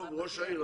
ראש העיר,